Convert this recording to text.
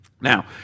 now